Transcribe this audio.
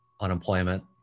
unemployment